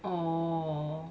oh